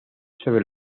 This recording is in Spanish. sobre